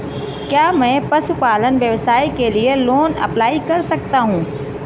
क्या मैं पशुपालन व्यवसाय के लिए लोंन अप्लाई कर सकता हूं?